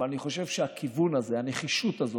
כלל האוכלוסייה, לצערנו,